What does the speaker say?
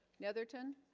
netherton